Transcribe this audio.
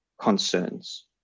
concerns